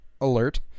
alert